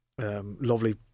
Lovely